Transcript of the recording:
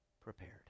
prepared